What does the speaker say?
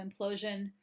implosion